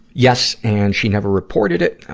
yes, and she never reported it.